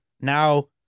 Now